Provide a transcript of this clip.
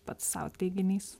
pats sau teiginys